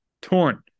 Torn